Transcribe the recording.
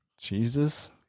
Jesus